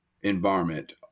environment